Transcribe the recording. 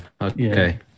Okay